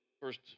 first